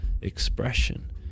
expression